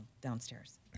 downstairs